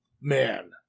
man